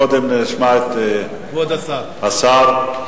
קודם נשמע את, כבוד השר, השר.